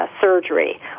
surgery